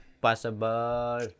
possible